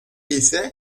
ise